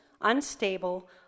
unstable